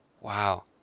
wow